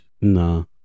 No